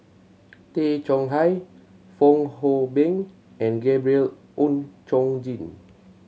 Tay Chong Hai Fong Hoe Beng and Gabriel Oon Chong Jin